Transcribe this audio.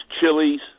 chilies